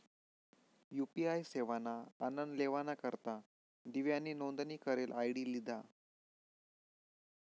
UPI सेवाना आनन लेवाना करता दिव्यानी नोंदनी करेल आय.डी लिधा